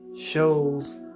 shows